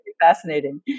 fascinating